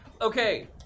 Okay